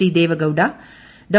D Deve Gowda Dr